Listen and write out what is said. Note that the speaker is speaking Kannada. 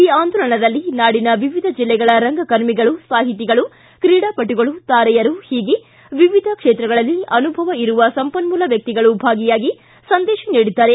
ಈ ಆಂದೋಲನದಲ್ಲಿ ನಾಡಿನ ವಿವಿಧ ಜಿಲ್ಲೆಗಳ ರಂಗಕರ್ಮಿಗಳು ಸಾಹಿತಿಗಳು ಕ್ರೀಡಾಪಟುಗಳು ತಾರೆಯರು ಹೀಗೆ ವಿವಿಧ ಕ್ಷೇತ್ರಗಳಲ್ಲಿ ಅನುಭವ ಇರುವ ಸಂಪನ್ನೂಲ ವ್ಯಕ್ತಿಗಳು ಭಾಗಿಯಾಗಿ ಸಂದೇಶ ನೀಡಿದ್ದಾರೆ